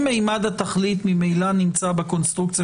אם ממד התכלית ממילא נמצא בקונסטרוקציה